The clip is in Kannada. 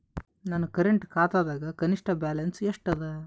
ನನ್ನ ಕರೆಂಟ್ ಖಾತಾದಾಗ ಕನಿಷ್ಠ ಬ್ಯಾಲೆನ್ಸ್ ಎಷ್ಟು ಅದ